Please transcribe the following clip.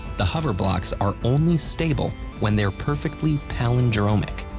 the hover-blocks are only stable when they're perfectly palindromic.